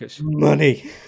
Money